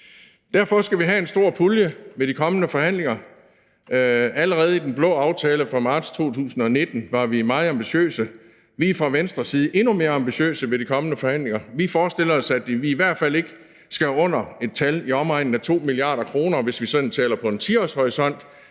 Derfor skal vi have en stor pulje ved de kommende forhandlinger. Allerede i den blå aftale fra marts 2019 var vi meget ambitiøse. Vi er fra Venstres side endnu mere ambitiøse ved de kommende forhandlinger, og vi forestiller os, at vi i hvert fald ikke skal under et tal i omegnen af 2 mia. kr. Hvis vi taler om en 10-årshorisont,